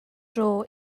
dro